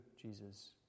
Jesus